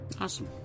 awesome